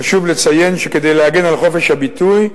חשוב לציין שכדי להגן על חופש הביטוי,